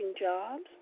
jobs